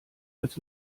als